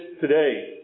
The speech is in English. today